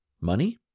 money